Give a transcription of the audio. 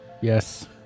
Yes